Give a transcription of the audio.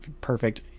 perfect